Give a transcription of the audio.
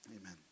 Amen